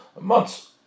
months